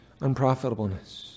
Unprofitableness